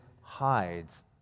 hides